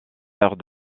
sert